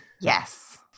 yes